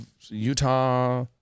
Utah